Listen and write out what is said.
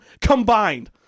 combined